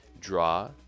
draw